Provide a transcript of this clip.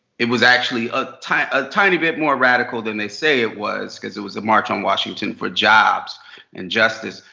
it was actually a tiny a tiny bit more radical than they say it was, because it was a march on washington for jobs and justice.